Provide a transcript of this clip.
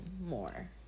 more